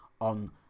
on